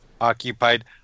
occupied